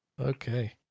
Okay